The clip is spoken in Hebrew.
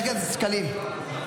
--- רגע, אבל אני רוצה להגיד מעבר לזה.